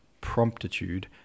promptitude